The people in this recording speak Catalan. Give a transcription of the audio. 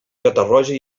catarroja